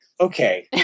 okay